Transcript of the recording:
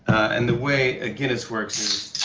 and the way a guinness works